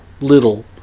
little